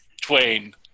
Twain